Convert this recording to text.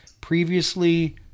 previously